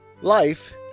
Life